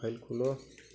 file ଖୋଲ